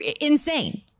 insane